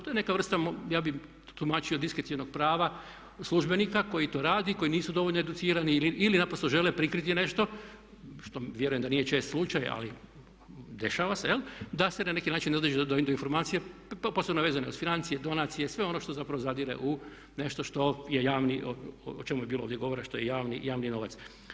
To je neka vrsta ja bih tumačio diskrecionog prava službenika koji to rade, koji nisu dovoljno educirani ili naprosto žele prikriti nešto što vjerujem da nije čest slučaj ali dešava se jel', da se na neki način dođe do informacija posebno vezano uz financije, donacije, sve ono što zapravo zadire u nešto što je javni, o čemu je bilo ovdje govora, što je javni novac.